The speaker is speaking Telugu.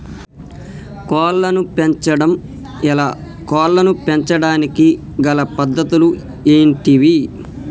కోళ్లను పెంచడం ఎలా, కోళ్లను పెంచడానికి గల పద్ధతులు ఏంటివి?